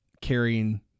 carrying